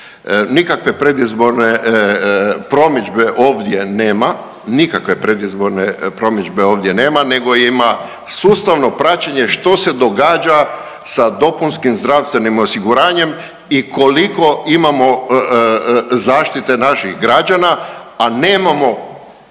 nikakve predizborne promidžbe ovdje nema, nego ima sustavno praćenje što se događa sa dopunskim zdravstvenim osiguranjem i koliko imamo zaštite naših građana, a nemamo